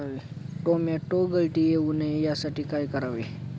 Tomato गळती होऊ नये यासाठी काय करावे?